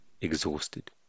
exhausted